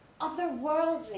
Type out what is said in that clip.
otherworldly